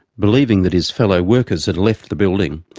believing that his fellow workers had left the building,